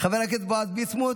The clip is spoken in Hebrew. חבר הכנסת בועז ביסמוט,